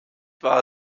war